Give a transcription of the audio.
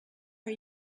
are